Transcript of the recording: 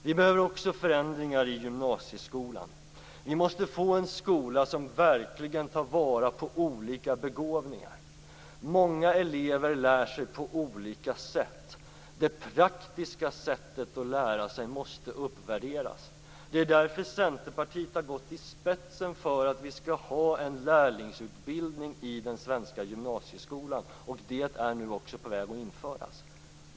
Det behövs också förändringar i gymnasieskolan. Vi måste få en skola som verkligen tar vara på olika begåvningar. I många fall lär sig elever på olika sätt. Det praktiska sättet att lära sig måste uppvärderas. Det är därför som vi i Centerpartiet har gått i spetsen för en lärlingsutbildning i den svenska gymnasieskolan, något som nu är på väg att införas.